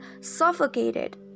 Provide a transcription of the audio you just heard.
suffocated